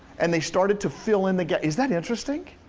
and they started to fill in the gaps. is that interesting?